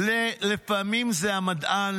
לפעמים זה המדען,